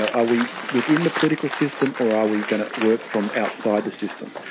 ah are we within the political system or are we going to work from outside the system?